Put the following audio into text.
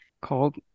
called